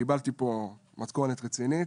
קיבלתי פה מתכונת רצינית